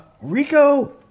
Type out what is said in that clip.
Rico